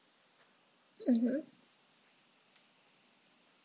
mmhmm